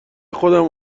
خودم